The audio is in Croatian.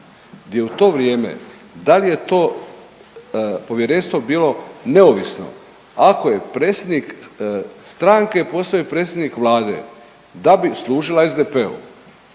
gdje u to vrijeme, da li je to povjerenstvo bilo neovisno ako je predsjednik stranke postavio predsjednik vlade da bi služila SDP-u.